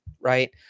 Right